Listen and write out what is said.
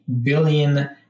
billion